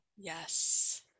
yes